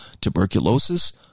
tuberculosis